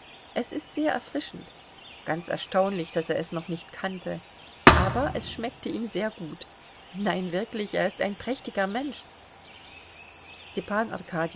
es ist sehr erfrischend ganz erstaunlich daß er es noch nicht kannte aber es schmeckte ihm sehr gut nein wirklich er ist ein prächtiger mensch stepan